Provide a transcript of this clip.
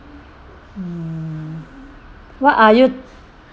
mm what are you